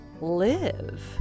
live